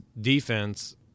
defense